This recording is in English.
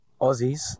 Aussies